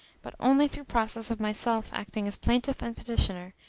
but only through process of myself acting as plaintiff and petitioner,